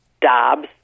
Dobbs